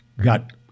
got